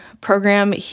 program